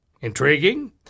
Intriguing